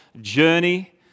journey